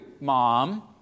mom